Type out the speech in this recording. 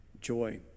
joy